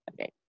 Okay